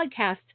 podcasts